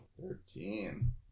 Thirteen